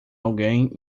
alguém